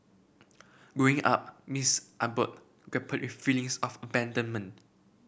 Growing Up Miss Abbott grappled feelings of abandonment